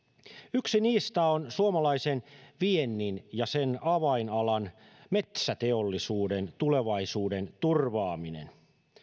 yksi niistä on suomalaisen viennin ja sen avainalan metsäteollisuuden tulevaisuuden turvaaminen